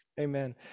Amen